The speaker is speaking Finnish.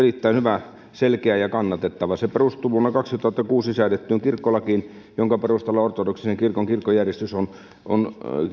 erittäin hyvä selkeä ja kannatettava se perustuu vuonna kaksituhattakuusi säädettyyn kirkkolakiin jonka perusteella ortodoksisen kirkon kirkkojärjestys on on